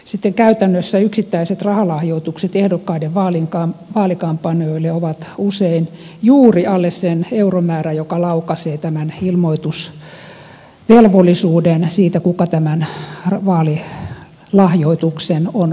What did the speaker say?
sitten käytännössä yksittäiset rahalahjoitukset ehdokkaiden vaalikampanjoille ovat usein juuri alle sen euromäärän joka laukaisee tämän ilmoitusvelvollisuuden siitä kuka tämän vaalilahjoituksen on tehnyt